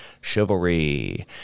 Chivalry